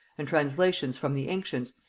and translations from the ancients,